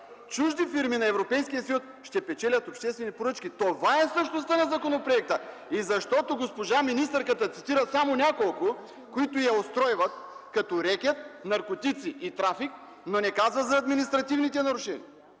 чужди фирми на Европейския съюз ще печелят обществени поръчки. Това е същността на законопроекта! Защото госпожа министърката цитира само няколко, които я устройват, като рекет, наркотици и трафик, но не каза за административните нарушения